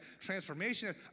transformation